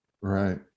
Right